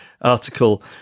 article